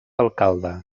alcalde